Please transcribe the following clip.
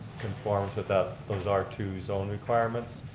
conform to those r two zone requirements.